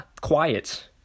quiet